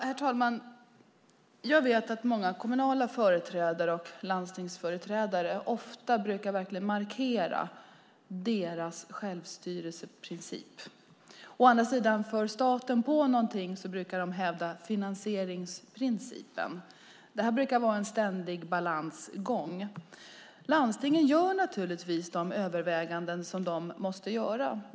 Herr talman! Jag vet att många kommunala företrädare och landstingsföreträdare ofta markerar självstyrelseprincipen. Å andra sidan, om staten för på dem någonting, brukar de hävda finansieringsprincipen. Detta brukar vara en ständig balansgång. Landstingen gör naturligtvis de överväganden som de måste göra.